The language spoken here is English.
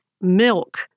milk